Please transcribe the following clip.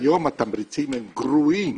כיום התמריצים הם גרועים